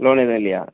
loan எதுவும் இல்லையா